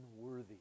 unworthy